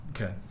Okay